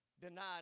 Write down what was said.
denied